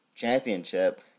championship